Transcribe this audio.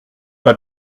pas